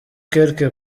quelque